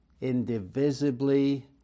indivisibly